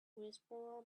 whisperer